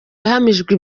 yahamijwe